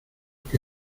que